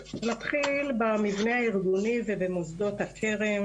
נתחיל במבנה הארגוני ובמוסדות הקרן,